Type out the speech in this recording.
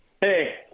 Hey